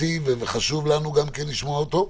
והיינו רואים את התמונות של איטליה.